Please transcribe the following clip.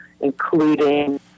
including